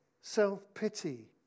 self-pity